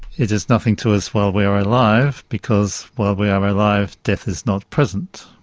it is nothing to us while we are alive, because while we are alive, death is not present.